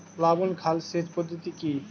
প্লাবন খাল সেচ পদ্ধতি কি?